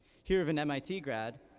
hear of an mit grad,